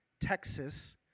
Texas